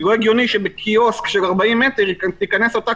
לא הגיוני שלקיוסק של 40 מטר תיכנס אותה